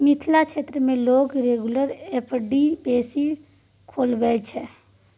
मिथिला क्षेत्र मे लोक रेगुलर एफ.डी बेसी खोलबाबै छै